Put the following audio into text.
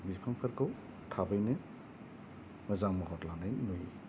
बिफांफोरखौ थाबैनो मोजां महर लानाय नुयो